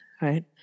right